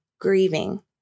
grieving